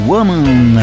Woman